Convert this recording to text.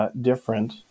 Different